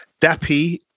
Dappy